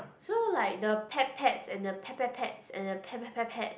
so like the pet pets and the pet pet pets and the pet pet pet pets